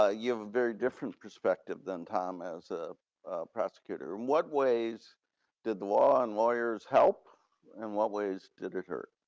ah you have a very different perspective than tom as a prosecutor, and what ways did the law and lawyers help and what ways did it hurt?